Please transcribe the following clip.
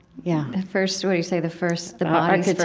yeah the first, what do you say? the first the body's